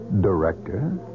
Director